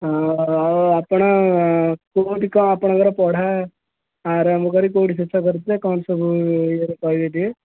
ହଉ ଆପଣ କୋଉଠି କଣ ଆପଣଙ୍କର ପଢ଼ା ଆରମ୍ଭକରି କୋଉଠି ଶେଷ କରିଥିଲେ କ'ଣ ସବୁ ଇଏରେ କହିବେ ଟିକିଏ